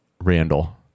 Randall